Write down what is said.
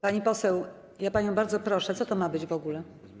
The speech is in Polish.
Pani poseł, ja panią bardzo proszę, co to ma być w ogóle?